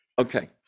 Okay